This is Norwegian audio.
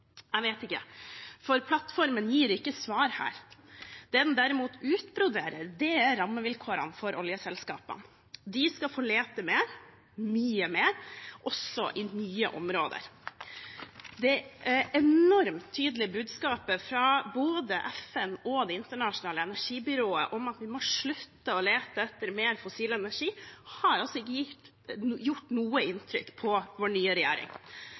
Jeg vet ikke, for plattformen gir ikke svar her. Det den derimot utbroderer, er rammevilkårene for oljeselskapene. De skal få lete mer, mye mer, også i nye områder. Det enormt tydelige budskapet fra både FN og Det internasjonale energibyrået om at vi må slutte å lete etter mer fossil energi, har altså ikke gjort noe inntrykk på vår nye regjering.